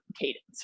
cadence